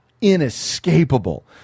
inescapable